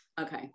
Okay